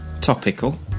Topical